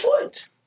foot